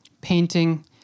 painting